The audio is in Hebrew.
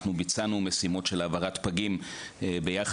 אנחנו ביצענו משימות של העברת פגים ביחד